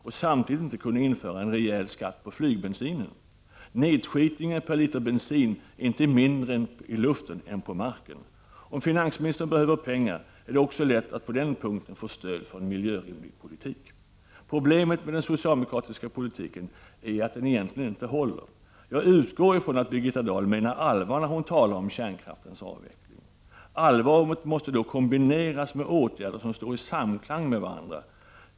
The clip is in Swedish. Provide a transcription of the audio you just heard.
och inte samtidigt kunde införa en rejäl skatt på flygbensin. Nedskitningen per liter bensin är inte mindre i luften än på marken. Om finansministern behöver pengar är det också lätt att på den punkten få stöd för en miljörimlig politik. Problemet med den socialdemokratiska politiken är att den egentligen inte håller. Jag utgår ifrån att Birgitta Dahl menar allvar när hon talar om kärnkraftens avveckling. Allvaret måste då kombineras med åtgärder som står i samklang med varandra.